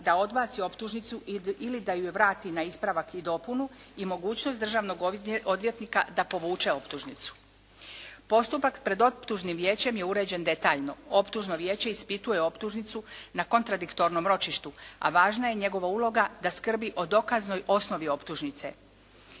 da odbaci optužnicu ili da je vrati na ispravak i dopunu i mogućnost državnog odvjetnika da povuče optužnicu. Postupak pred optužnim vijećem je uređen detaljno. Optužno vijeće ispituje optužnicu na kontradiktornom ročištu a važna je njegova uloga da skrbi o dokaznoj osnovi optužnice.